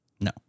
No